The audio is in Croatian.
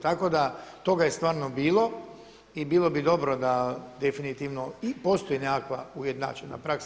Tako da toga je stvarno bilo i bilo bi dobro da definitivno i postoji nekakva ujednačena praksa.